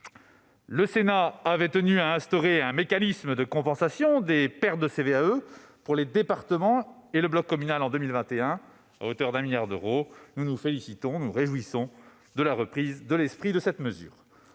Le Sénat a tenu à instaurer un mécanisme de compensation des pertes de CVAE pour les départements et le bloc communal en 2021, à hauteur de 1 milliard d'euros : nous nous réjouissons de la reprise de l'esprit de cette mesure.